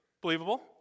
Believable